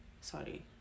sorry